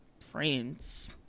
friends